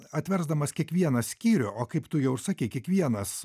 atversdamas kiekvieną skyrių o kaip tu jau ir sakei kiekvienas